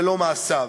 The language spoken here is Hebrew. ולא מעשיו.